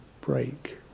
break